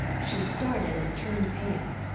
she started and turned pale.